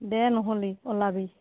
দে নহ'লে ওলাবি